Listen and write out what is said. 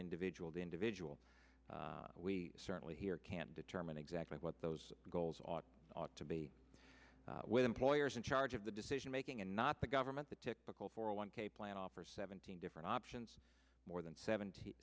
individual to individual we certainly here can determine exactly what those goals ought to be with employers in charge of the decision making and not the government the typical for a one k plan offer seventeen different options more than seventy